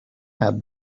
had